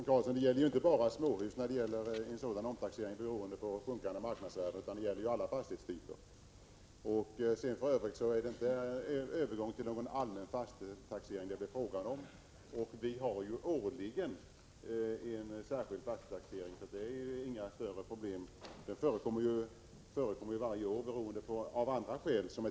Herr talman! En omtaxering beroende på sjunkande marknadsvärde gäller inte bara småhus utan alla fastighetstyper. För övrigt blir det inte fråga om någon övergång till allmän fastighetstaxering. Vi har årligen en särskild fastighetstaxering, och den medför inga problem. Den förekommer ju varje år av andra skäl.